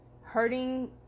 hurting